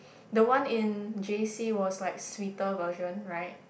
the one in J_C was like sweeter version right